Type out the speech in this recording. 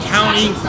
County